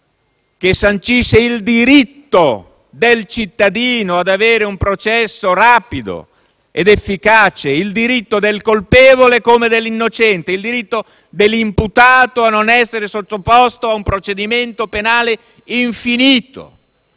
che sancisce il diritto del cittadino ad avere un processo rapido ed efficace, il diritto del colpevole come dell'innocente, il diritto dell'imputato a non essere sottoposto a un procedimento penale infinito.